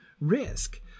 Risk